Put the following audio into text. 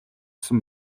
сан